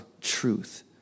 truth